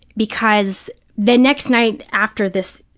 because the next night after this,